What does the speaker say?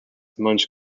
munch